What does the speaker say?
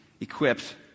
equipped